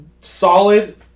Solid